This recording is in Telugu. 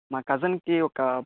మా కజిన్కి ఒక